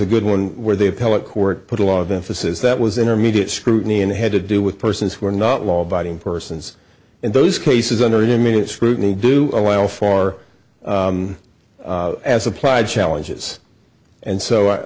a good one where the appellate court put a lot of emphasis that was intermediate scrutiny and had to do with persons who are not law abiding persons in those cases under immediate scrutiny do allow for as applied challenges and so